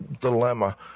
dilemma